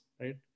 right